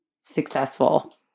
successful